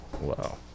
wow